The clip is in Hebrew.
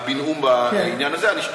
הבינאום בעניין הזה,